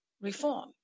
reform